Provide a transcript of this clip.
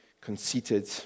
conceited